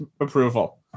approval